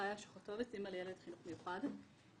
אימא לילד בחינוך מיוחד.